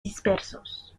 dispersos